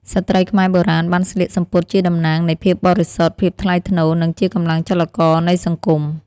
ស្ត្រីខ្មែរបុរាណបានស្លៀកសំពត់ជាតំណាងនៃភាពបរិសុទ្ធ ភាពថ្លៃថ្នូរ និងជាកម្លាំងចលករនៃសង្គម។